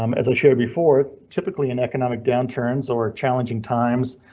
um as i showed before, typically in economic downturns or challenging times,